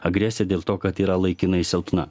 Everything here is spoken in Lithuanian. agresiją dėl to kad yra laikinai silpna